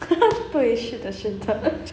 对是的是的